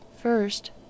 first